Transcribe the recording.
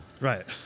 Right